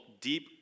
Deep